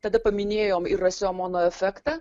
tada paminėjom ir rasiomono efektą